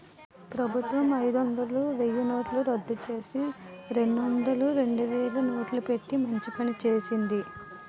ప్రభుత్వం అయిదొందలు, వెయ్యినోట్లు రద్దుచేసి, రెండొందలు, రెండువేలు నోట్లు పెట్టి మంచి పని చేసింది